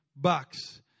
bucks